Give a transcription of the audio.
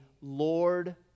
Lord